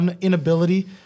inability